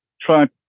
try